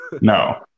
No